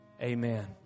amen